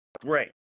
Great